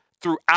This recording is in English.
throughout